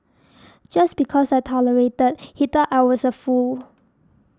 just because I tolerated he thought I was a fool